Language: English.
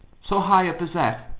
so high up as that?